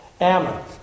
Ammon